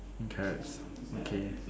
and carrots okay